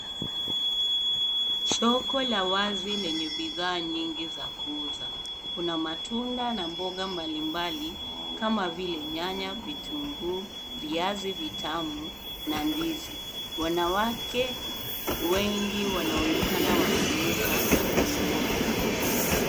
Soko la wazi lenye bidhaa nyingi za kuuza, kuna matunda na mboga mbali mbali, kama vile nyanya, vitunguu, viazi vitamu, na ndizi, wanawake, wengi wanaonekana wakiuza, nakununua.